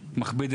וכדומה.